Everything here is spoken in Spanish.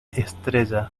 estrella